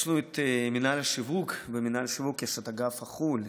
יש לנו את מינהל השיווק: במינהל השיווק יש את אגף החו"ל,